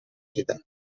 دیدم